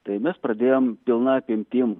tai mes pradėjom pilna apimtim